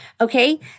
Okay